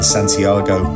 Santiago